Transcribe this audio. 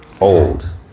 old